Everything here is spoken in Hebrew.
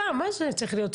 מה זה צריך להיות?